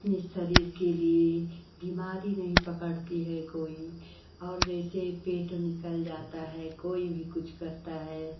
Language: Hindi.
अपने शरीर के लिए बीमारी नहीं पकड़ती है कोई और जैसे पेट निकल जाता है कोई भी कुछ करता है